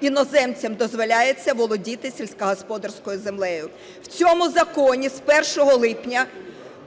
іноземцям дозволяється володіти сільськогосподарською землею. В цьому законі з 1 липня